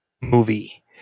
movie